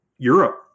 Europe